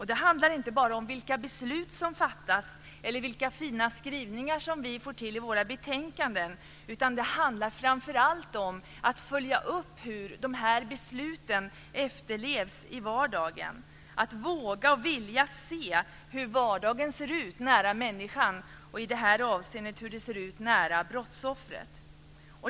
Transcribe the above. Det handlar inte bara om vilka beslut som fattas eller vilka fina skrivningar som vi får till i våra betänkanden, utan det handlar framför allt om att följa upp hur de här besluten efterlevs i vardagen. Det handlar om att våga och vilja se hur vardagen ser ut nära människan och i det här avseendet hur det ser ut nära brottsoffret.